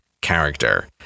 character